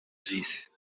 z’isi